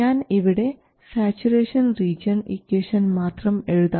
ഞാൻ ഇവിടെ saturation region equation മാത്രം എഴുതാം